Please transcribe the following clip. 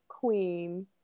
Queen